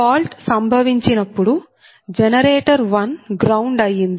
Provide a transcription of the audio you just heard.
fault సంభవించినప్పుడు generator 1 ground అయింది